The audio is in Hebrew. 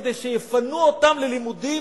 כדי שיפנו אותם ללימודים,